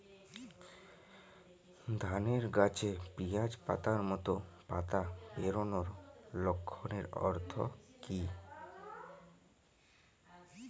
ধানের গাছে পিয়াজ পাতার মতো পাতা বেরোনোর লক্ষণের অর্থ কী?